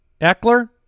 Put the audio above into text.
Eckler